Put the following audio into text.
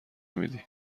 میدی